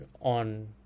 on